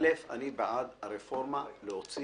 א', אני בעד הרפורמה להוציא